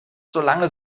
solange